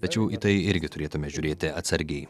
tačiau į tai irgi turėtume žiūrėti atsargiai